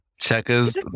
Checkers